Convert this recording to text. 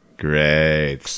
Great